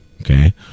okay